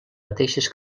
mateixes